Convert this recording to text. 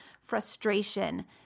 frustration